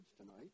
tonight